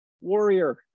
warrior